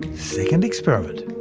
second experiment.